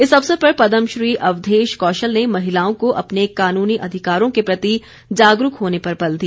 इस अवसर पर पदमश्री अवधेश कौशल ने महिलाओं को अपने कानूनी अधिकारों के प्रति जागरूक होने पर बल दिया